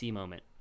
moment